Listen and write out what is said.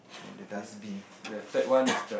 and the dust bin